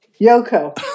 Yoko